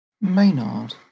Maynard